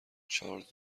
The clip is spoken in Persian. چارلز